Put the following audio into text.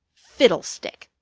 fiddlestick!